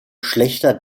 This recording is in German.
schlechter